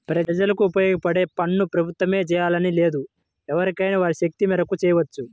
ప్రజలకు ఉపయోగపడే పనుల్ని ప్రభుత్వమే జెయ్యాలని లేదు ఎవరైనా వారి శక్తి మేరకు చెయ్యొచ్చు